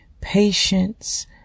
Patience